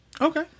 Okay